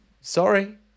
Sorry